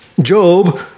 Job